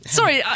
sorry